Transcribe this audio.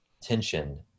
tension